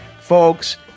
folks